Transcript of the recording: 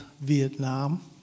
Vietnam